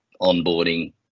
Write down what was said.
onboarding